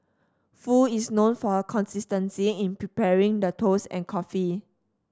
Foo is known for her consistency in preparing the toast and coffee